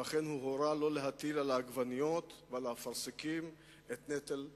והוא אומנם הורה לא להטיל על עגבניות ועל אפרסקים את נטל המע"מ.